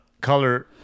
color